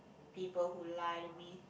people who lie to me